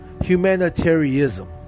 Humanitarianism